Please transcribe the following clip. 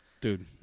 Dude